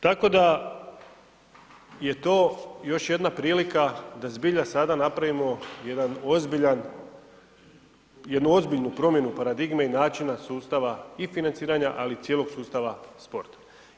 Tako da je to još jedna prilika da zbilja sada napravimo jednu ozbiljnu promjenu paradigme i načina sustava i financiranja, ali i cijelog sustava sporta.